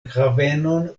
havenon